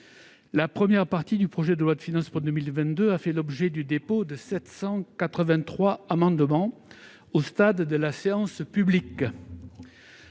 La première partie du projet de loi de finances pour 2022 a fait l'objet du dépôt de 783 amendements au stade de la séance publique